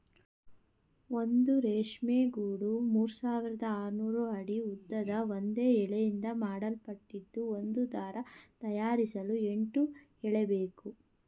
ಒಂದು ರೇಷ್ಮೆ ಗೂಡು ಮೂರ್ಸಾವಿರದ ಆರ್ನೂರು ಅಡಿ ಉದ್ದದ ಒಂದೇ ಎಳೆಯಿಂದ ಮಾಡಲ್ಪಟ್ಟಿದ್ದು ಒಂದು ದಾರ ತಯಾರಿಸಲು ಎಂಟು ಎಳೆಬೇಕು